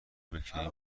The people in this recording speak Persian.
بکنی